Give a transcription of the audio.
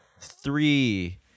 three